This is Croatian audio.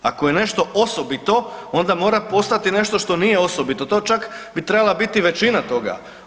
Ako je nešto osobito onda mora postojat nešto što nije osobito, to čak bi trebala biti većina toga.